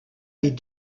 les